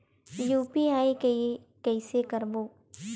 UPI के कइसे करबो?